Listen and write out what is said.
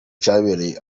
cyabereye